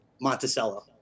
Monticello